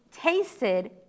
tasted